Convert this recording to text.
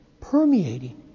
permeating